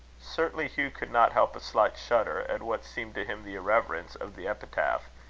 certainly hugh could not help a slight shudder at what seemed to him the irreverence of the epitaph,